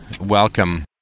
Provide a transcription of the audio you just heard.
welcome